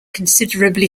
considerably